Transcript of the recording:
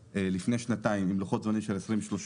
לפני שנתיים הפרויקט הזה היה בלוחות זמנים של 2030,